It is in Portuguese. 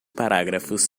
parágrafos